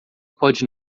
pode